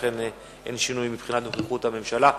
לכן אין שינוי מבחינת נוכחות הממשלה.